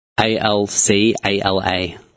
A-L-C-A-L-A